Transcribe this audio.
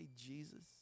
Jesus